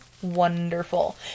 wonderful